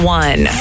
one